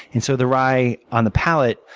and so the rye, on the palate,